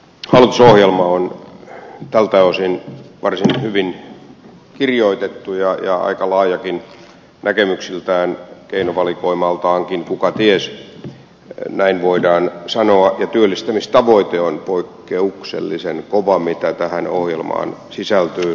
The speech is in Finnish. hallitusohjelma on tältä osin varsin hyvin kirjoitettu ja aika laajakin näkemyksiltään keinovalikoimaltaankin kuka ties näin voidaan sanoa ja työllistämistavoite mikä tähän ohjelmaan sisältyy on poikkeuksellisen kova